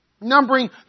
numbering